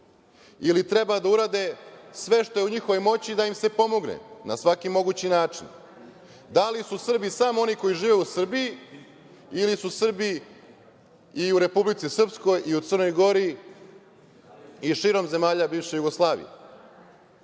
ili treba da urade sve što je u njihovoj moći da im se pomogne na svaki mogući način? Da li su Srbi samo oni koji žive u Srbiji ili su Srbi i u Republici Srpskoj i u Crnoj Gori i širom zemalja bivše Jugoslavije?